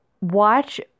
watch